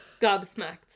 gobsmacked